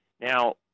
Now